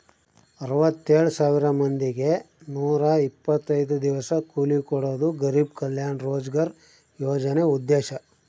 ಅರವತ್ತೆಳ್ ಸಾವಿರ ಮಂದಿಗೆ ನೂರ ಇಪ್ಪತ್ತೈದು ದಿವಸ ಕೂಲಿ ಕೊಡೋದು ಗರಿಬ್ ಕಲ್ಯಾಣ ರೋಜ್ಗರ್ ಯೋಜನೆ ಉದ್ದೇಶ